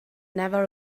never